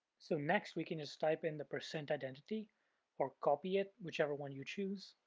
so next we can just type in the percent identity or copy it. whichever one you choose.